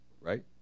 Right